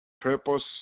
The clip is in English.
purpose